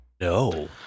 No